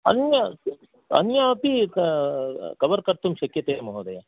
अन्यम् अन्यम् अपि कवर् कर्तुं शक्यते महोदया